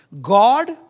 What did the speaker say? God